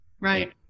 Right